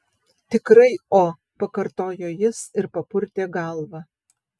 tikrai o pakartojo jis ir papurtė galvą